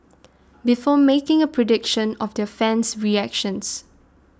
before making a prediction of their fan's reactions